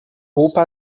roupa